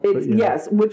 Yes